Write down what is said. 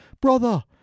brother